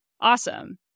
awesome